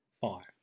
five